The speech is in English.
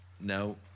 No